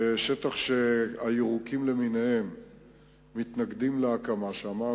שטח שהירוקים למיניהם מתנגדים להקמה שם,